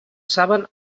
saben